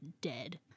dead